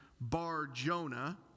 Bar-Jonah